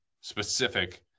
specific